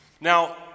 Now